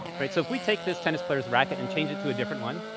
right? so if we take this tennis player's racket and change it to a different one,